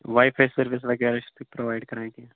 واے فاے service وغیرہ چھِو تُہۍ پرووایڈ کران کیٚنٛہہ